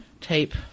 tape